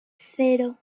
cero